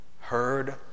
heard